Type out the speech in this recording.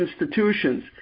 institutions